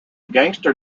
gangster